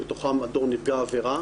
שבתוכם מדור נפגע עבירה.